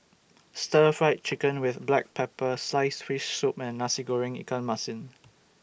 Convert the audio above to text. Stir Fried Chicken with Black Pepper Slice Fish Soup and Nasi Goreng Ikan Masin